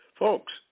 Folks